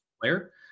player